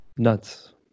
Nuts